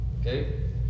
Okay